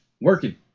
Working